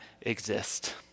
exist